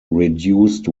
reduced